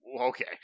Okay